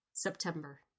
September